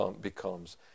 becomes